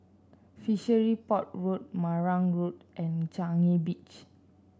Fishery Port Road Marang Road and Changi Beach